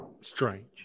strange